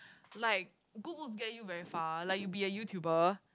like good looks get you very far like you'll be a YouTuber